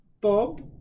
Bob